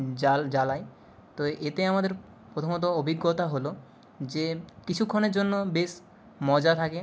জাল জ্বালাই তো এতে আমাদের প্রথমত অভিজ্ঞতা হলো যে কিছুক্ষণের জন্য বেশ মজা থাকে